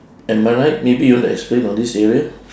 am I right maybe you want to explain on this area